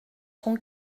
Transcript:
son